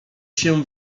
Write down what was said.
się